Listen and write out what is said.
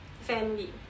family